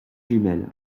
jumelles